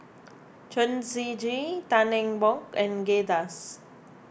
Chen Shiji Tan Eng Bock and Kay Das